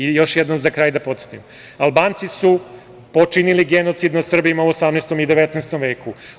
I još jednom za kraj da podsetim, Albanci su počinili genocid nad Srbima u 18. i 19. veku.